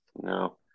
No